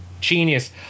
genius